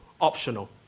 optional